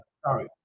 Sorry